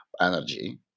energy